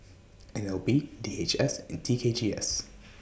N L B D H S and T K G S